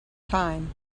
time